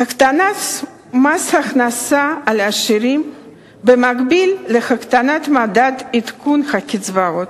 הקטנת מס הכנסה לעשירים במקביל להקטנת מדד עדכון הקצבאות,